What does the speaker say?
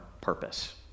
purpose